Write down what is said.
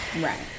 Right